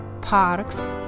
parks